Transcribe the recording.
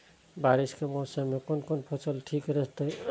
बारिश के मौसम में कोन कोन फसल ठीक रहते?